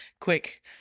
quick